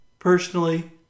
personally